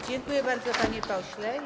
Dziękuję bardzo, panie pośle.